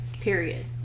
period